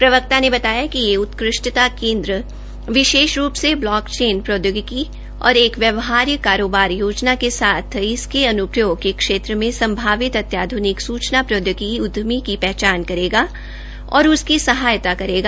प्रवक्ता ने बताया कि यह उत्कृष्टता केन्द्र विशेष रूप से ब्लॉकचेन प्रौदयोगिकी और एक व्यवहार्य कारोबार योजना के साथ इसके अनुप्रयोग के क्षेत्र में संभावित अत्याध्निक सुचना प्रौदयोगिकी उदयमी की पहचान करेगा और उसकी सहायता करेगा